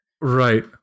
right